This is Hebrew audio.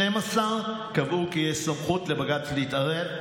12 קבעו כי יש סמכות לבג"ץ להתערב,